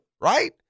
Right